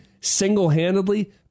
single-handedly